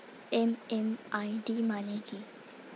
MMID মানে কি?